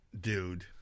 Dude